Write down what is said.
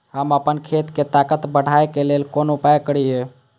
हम आपन खेत के ताकत बढ़ाय के लेल कोन उपाय करिए?